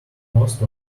most